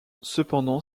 cependant